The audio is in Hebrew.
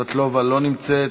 בבקשה, אדוני.